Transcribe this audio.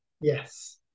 Yes